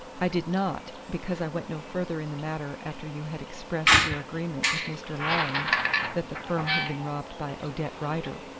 i did not, because i went no further in the matter after you had expressed your agreement with mr. lyne that the firm had been robbed by odette rider.